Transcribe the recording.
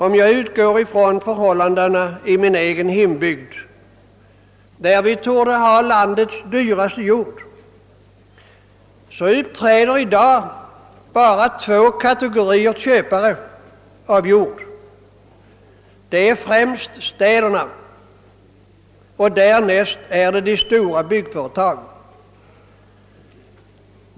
Om man utgår från förhållandena i min egen hembygd, där vi torde ha landets dyraste jord, kan man konstatera att i dag huvudsakligen två kategorier köpare av jord uppträder: det är främst städerna och därnäst är det de stora byggföretagen.